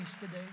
today